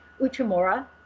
Uchimura